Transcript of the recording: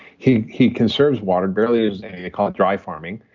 he he conserves water, barely uses it and call it dry farming.